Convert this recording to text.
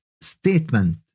statement